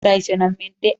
tradicionalmente